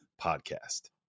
podcast